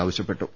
ആവശ്യപ്പെട്ടു